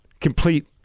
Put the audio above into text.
complete